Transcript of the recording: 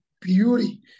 beauty